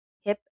hip